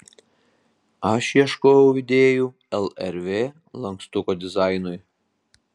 aš ieškojau idėjų lrv lankstuko dizainui